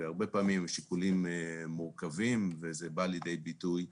הרבה פעמים השיקולים מורכבים וזה בא לידי ביטוי בדיונים.